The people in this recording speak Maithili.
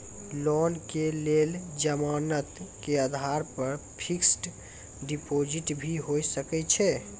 लोन के लेल जमानत के आधार पर फिक्स्ड डिपोजिट भी होय सके छै?